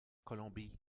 colombie